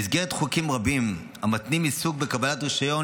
במסגרת חוקים רבים המתנים עיסוק בקבלת רישיון,